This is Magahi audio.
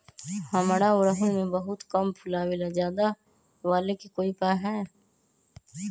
हमारा ओरहुल में बहुत कम फूल आवेला ज्यादा वाले के कोइ उपाय हैं?